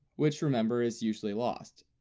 which remember is usually lost.